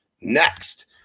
Next